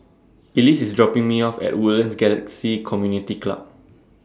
Elise IS dropping Me off At Woodlands Galaxy Community Club